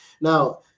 Now